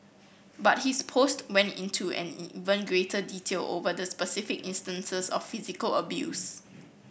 but his post went into and even greater detail over the specific instances of physical abuse